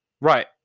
right